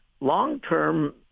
long-term